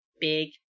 big